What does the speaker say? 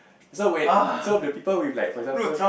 so wait so the people with like for example